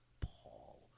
Paul